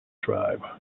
tribe